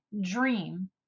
dream